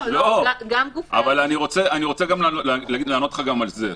לא, גם גופי ה --- רגע, אני אענה לך גם על זה.